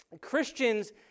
Christians